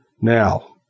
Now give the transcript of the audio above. Now